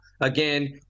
again